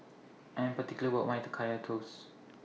I Am particular about My Kaya Toast